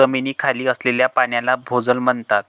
जमिनीखाली असलेल्या पाण्याला भोजल म्हणतात